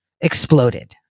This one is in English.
exploded